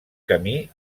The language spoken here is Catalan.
camí